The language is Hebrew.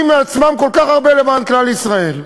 מעצמם כל כך הרבה למען כלל ישראל.